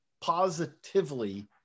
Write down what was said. positively